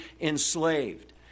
enslaved